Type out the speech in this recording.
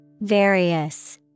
Various